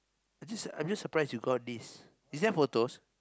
I just I just surprise you got his is there photos